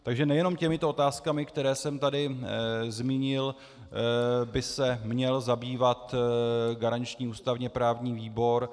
Takže nejenom těmito otázkami, které jsem tady zmínil, by se měl zabývat garanční ústavněprávní výbor.